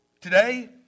Today